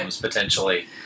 potentially